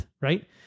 right